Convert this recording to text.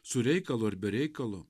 su reikalu ar be reikalo